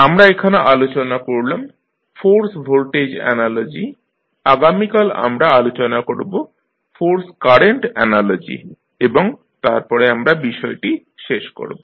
আমরা এখানে আলোচনা করলাম ফোর্স ভোল্টেজ অ্যানালজি আগামীকাল আমরা আলোচনা করব ফোর্স কারেন্ট অ্যানালজি এবং তারপরে আমরা বিষয়টি শেষ করব